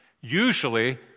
Usually